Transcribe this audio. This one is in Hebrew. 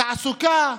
תעסוקה,